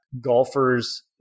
Golfers